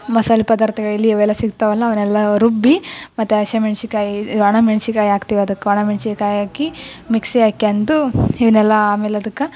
ಮಸಾಲ ಪದಾರ್ಥಗಳಲ್ಲಿ ಇವೆಲ್ಲ ಸಿಕ್ತಾವಲ್ಲ ಅವನ್ನೆಲ್ಲಾ ರುಬ್ಬಿ ಮತ್ತು ಹಸಿ ಮೆಣ್ಸಿಕಾಯಿ ಒಣ ಮೆಣ್ಸಿಕಾಯಿ ಹಾಕ್ತೀವಿ ಅದಕ್ಕೆ ಒಣ ಮೆಣ್ಸಿಕಾಯಿ ಹಾಕಿ ಮಿಕ್ಸಿ ಹಾಕ್ಕೊಂದು ಇವನ್ನೆಲ್ಲಾ ಆಮೇಲೆ ಅದ್ಕೆ